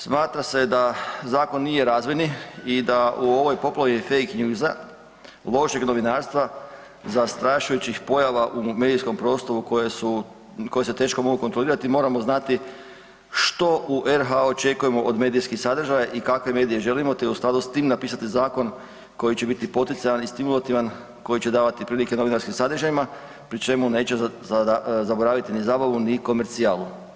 Smatra se da zakon nije razvojni i da u ovoj poplavi fake news-a, lošeg novinarstva, zastrašujućih pojava u medijskom prostoru koje se teško mogu kontrolirati moramo znati što u RH očekujemo od medijskih sadržaja i kakve medije želimo te u skladu s tim napisati zakon koji će biti poticajan i stimulativan, koji će davati prilike novinarskim sadržajima pri čemu neće zaboraviti ni zabavu, ni komercijalu.